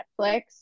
Netflix